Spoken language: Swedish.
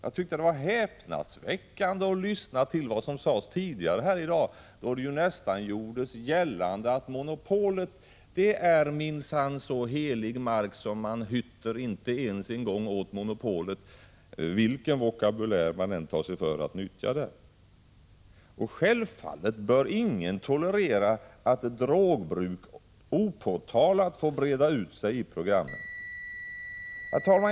Jag tyckte det var häpnadsväckande att lyssna till vad som sades tidigare här i dag, då det nästan gjordes gällande att monopolet är minsann så helig mark att man inte ens hytter åt det vilken vokabulär som än nyttjas. Självfallet bör ingen tolerera att drogbruk opåtalat får breda ut sig i programmen.